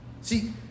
See